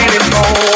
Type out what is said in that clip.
Anymore